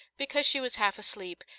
because she was half asleep,